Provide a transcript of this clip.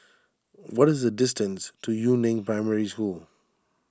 what is the distance to Yu Neng Primary School